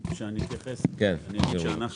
זה מה